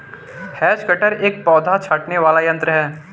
has cutter एक पौधा छाँटने वाला यन्त्र है